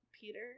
Peter